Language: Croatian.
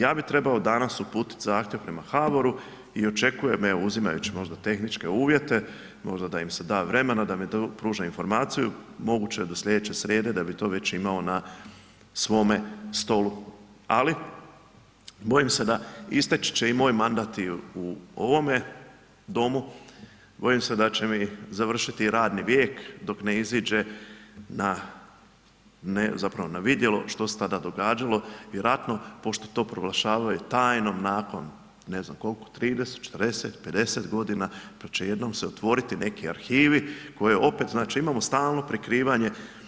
Ja bi trebao danas uputiti zahtjev prema HABOR-u i očekujem evo uzimajući možda tehničke uvjete, možda da im se da vremena da mi pruže informaciju, moguće do slijedeće srijede da bi to već imao na svome stolu, ali bojim se da isteći će i moj mandat i u ovome domu, bojim se da će mi završiti radni vijek dok ne iziđe na ne, zapravo na vidjelo što se tada događalo vjerojatno pošto to proglašavaju nakon ne znam koliko 30, 40, 50 godina pa će jednom se otvoriti neki arhivi koje opet, znači imamo stalo prikrivanje.